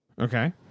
Okay